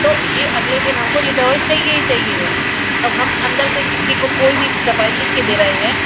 तो यह अगले दिन हमको यह दवाई चाहिए ही चाहिए है अब हम अन्दर से किसी को कोई भी दवाई लिखकर दे रहे हैं